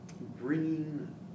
bringing